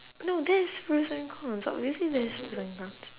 no there is pros and cons obviously there is pros and cons